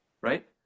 right